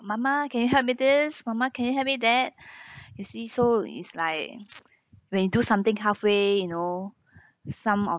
mama can you help me this mama can you help me that you see so is like when you do something halfway you know some of